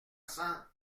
cents